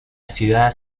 ciudad